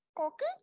Okay